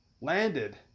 landed